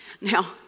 Now